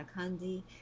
Kandi